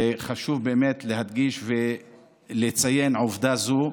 וחשוב באמת להדגיש ולציין עובדה זו.